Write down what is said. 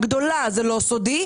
"טסלה" הגדולה - זה לא סודי.